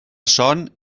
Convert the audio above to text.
son